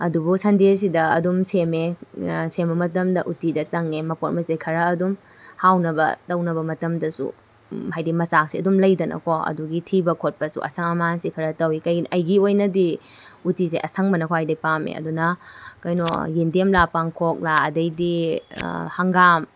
ꯑꯗꯨꯕꯨ ꯁꯟꯗꯦꯁꯤꯗ ꯑꯗꯨꯝ ꯁꯦꯝꯃꯦ ꯁꯦꯝꯕ ꯃꯇꯝꯗ ꯎꯇꯤꯗ ꯆꯪꯉꯦ ꯃꯄꯣꯠ ꯃꯆꯩ ꯈꯔ ꯑꯗꯨꯝ ꯍꯥꯎꯅꯕ ꯇꯧꯅꯕ ꯃꯇꯝꯗꯁꯨ ꯍꯥꯏꯗꯤ ꯃꯆꯥꯛꯁꯦ ꯑꯗꯨꯝ ꯂꯩꯗꯅꯀꯣ ꯑꯗꯨꯒꯤ ꯊꯤꯕ ꯈꯣꯠꯄꯁꯨ ꯑꯁꯪ ꯑꯃꯥꯟꯁꯦ ꯈꯔ ꯇꯧꯋꯤ ꯀꯩꯒꯤꯅꯣ ꯑꯩꯒꯤ ꯑꯣꯏꯅꯗꯤ ꯎꯇꯤꯁꯦ ꯑꯁꯪꯕꯅ ꯈ꯭ꯋꯥꯏꯗꯩ ꯄꯥꯝꯃꯦ ꯑꯗꯨꯅ ꯀꯩꯅꯣ ꯌꯦꯟꯗꯦꯝꯂꯥ ꯄꯥꯡꯈꯣꯛꯂꯥ ꯑꯗꯩꯗꯤ ꯍꯪꯒꯥꯝ